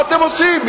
מה אתם עושים?